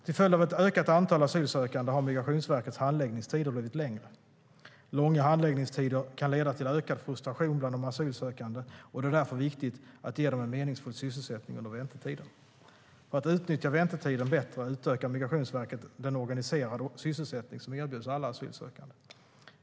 Till följd av ett ökat antal asylsökande har Migrationsverkets handläggningstider blivit längre. Långa handläggningstider kan leda till ökad frustration bland de asylsökande, och det är därför viktigt att ge dem en meningsfull sysselsättning under väntetiden. För att utnyttja väntetiden bättre utökar Migrationsverket den organiserade sysselsättning som erbjuds alla asylsökande.